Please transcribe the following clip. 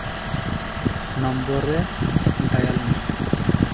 number ᱨᱮ dial ᱢᱮ